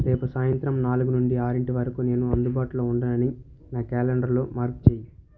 రేపు సాయంత్రం నాలుగు నుండి ఆరింటి వరకు నేను అందుబాటులో ఉండనని నా క్యాలెండర్లో మార్క్ చేయి